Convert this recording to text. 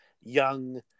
young